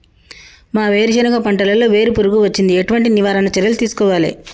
మా వేరుశెనగ పంటలలో వేరు పురుగు వచ్చింది? ఎటువంటి నివారణ చర్యలు తీసుకోవాలే?